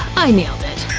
i nailed it.